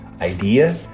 idea